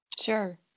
Sure